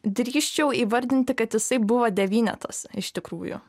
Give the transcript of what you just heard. drįsčiau įvardinti kad jisai buvo devynetas iš tikrųjų